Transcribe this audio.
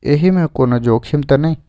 एहि मे कोनो जोखिम त नय?